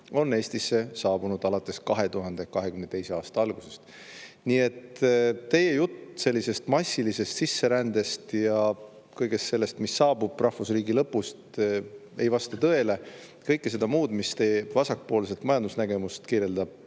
on Eestisse saabunud alates 2022. aasta algusest. Nii et teie jutt massilisest sisserändest ja kõigest sellest, mis saabub, rahvusriigi lõpust ei vasta tõele. Kõige selle muu vasakpoolse majandusnägemuse kohta